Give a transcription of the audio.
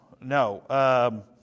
no